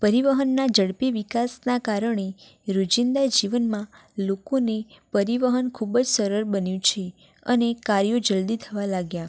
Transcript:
પરિવહનના ઝડપી વિકાસના કારણે રોજીંદા જીવનમાં લોકોને પરિવહન ખૂબજ સરળ બન્યું છે અને કાર્યો જલદી થવા લાગ્યા